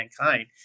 mankind